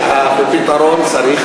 שהפתרון צריך